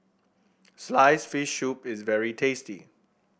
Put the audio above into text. slice fish soup is very tasty